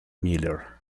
miller